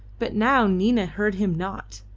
but now nina heard him not.